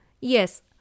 Yes